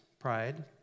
pride